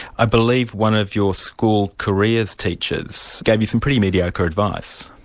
i believe one of your school careers teachers gave you some pretty mediocre advice.